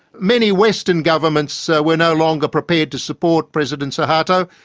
many western governments so were no longer prepared to support president suharto.